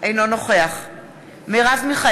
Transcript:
אינו נוכח מרב מיכאלי,